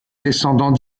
descendant